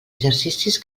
exercicis